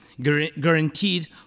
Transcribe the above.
guaranteed